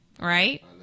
Right